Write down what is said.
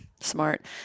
Smart